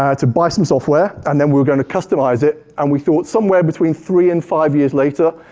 ah to buy some software, and then we were gonna customize it, and we thought somewhere between three and five years later,